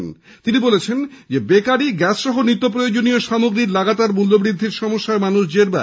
শ্রী চক্রবর্তী বলেছেন বেকারী গ্যাস সহ নিত্য প্রয়োজনীয় সামগ্রীর লাগাতার মূল্যবৃদ্ধির সমস্যায় মানুষ জেরবার